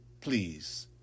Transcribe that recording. Please